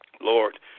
Lord